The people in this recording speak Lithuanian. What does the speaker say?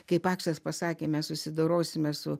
kai paksas pasakė mes susidorosime su